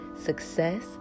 success